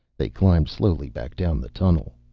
they climbed slowly back down the tunnel.